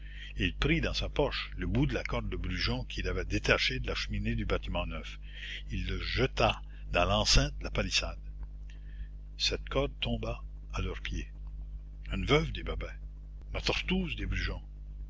il prit dans sa poche le bout de la corde de brujon qu'il avait détaché de la cheminée du bâtiment neuf et le jeta dans l'enceinte de la palissade cette corde tomba à leurs pieds une veuve dit babet ma tortouse dit